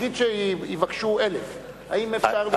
נגיד שיבקשו 1,000. האם אפשר לקלוט?